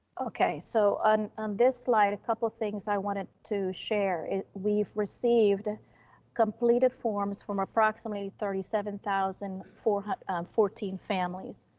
okay, so on this slide, a couple of things i wanted to share is we've received completed forms from approximately thirty seven thousand four hundred and fourteen families,